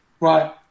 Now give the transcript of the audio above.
Right